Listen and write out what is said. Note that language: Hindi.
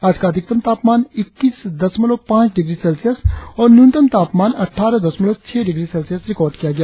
आज का अधिकतम तापमान इक्कीस दशमलव पांच डिग्री सेल्सियस और न्यूनतम तापमान अट्ठारह दशमलव छह डिग्री सेल्सियस रिकार्ड किया गया